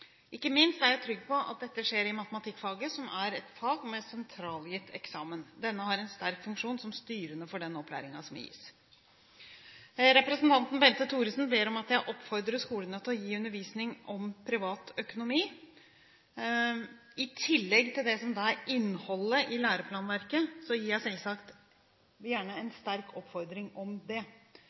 Ikke minst er jeg trygg på at dette skjer i matematikkfaget, som er et fag med sentralgitt eksamen. Denne har en sterk funksjon som styrende for den opplæringen som gis. Representanten Bente Thorsen ber om at jeg oppfordrer skolene til å gi undervisning om privat økonomi. I tillegg til det som er innholdet i læreplanverket, gir jeg selvsagt gjerne en sterk oppfordring om dette, for det